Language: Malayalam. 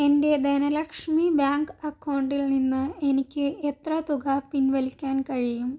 എൻ്റെ ധനലക്ഷ്മി ബാങ്ക് അക്കൗണ്ടിൽ നിന്ന് എനിക്ക് എത്ര തുക പിൻവലിക്കാൻ കഴിയും